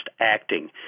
acting